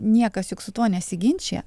niekas juk su tuo nesiginčija